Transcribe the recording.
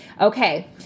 Okay